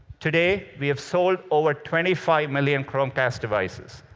today, we have sold over twenty five million chromecast devices,